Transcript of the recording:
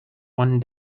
one